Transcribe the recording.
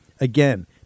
Again